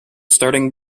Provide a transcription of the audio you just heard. starting